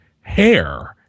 hair